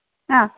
हा